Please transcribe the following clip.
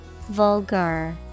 vulgar